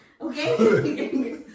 Okay